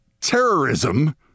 terrorism